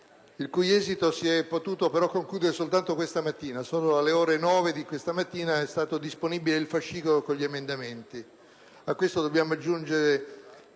il cui esito si è potuto però concludere soltanto stamattina: solo alle ore 9 di questa mattina, infatti, è stato disponibile il fascicolo degli emendamenti. A ciò dobbiamo aggiungere